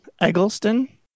Eggleston